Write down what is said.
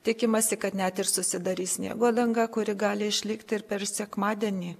tikimasi kad net ir susidarys sniego danga kuri gali išlikti ir per sekmadienį